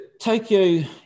Tokyo